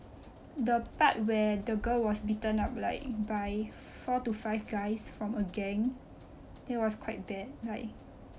the part where the girl was beaten up like by four to five guys from a gang that was quite bad like